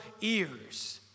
ears